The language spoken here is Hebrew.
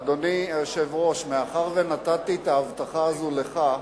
אדוני היושב-ראש, מאחר שנתתי את ההבטחה הזאת לך,